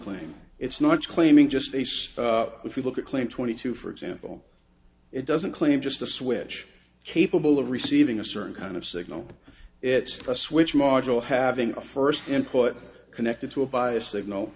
claim it's not claiming just based if you look at claim twenty two for example it doesn't claim just a switch capable of receiving a certain kind of signal it's a switch module having a first input connected to a bias